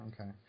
okay